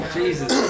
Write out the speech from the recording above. Jesus